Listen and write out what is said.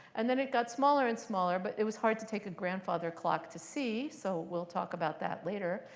and then it got smaller and smaller. but it was hard to take a grandfather clock to sea, so we'll talk about that later.